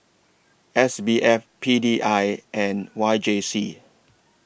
S B F P D I and Y J C